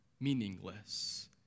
meaningless